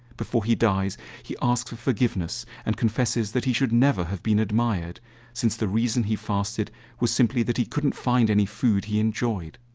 before he dies he asks for forgiveness and confesses that he should never have been admired since the reason he fasted was simply that he couldn't find any food he enjoyed.